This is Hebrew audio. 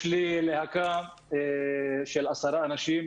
יש לי להקה של 10 אנשים,